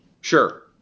Sure